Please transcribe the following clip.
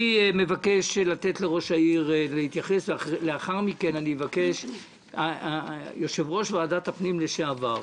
אני מבקש לתת לראש העיר להתייחס; לאחר מכן יושב-ראש ועדת הפנים לשעבר,